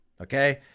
Okay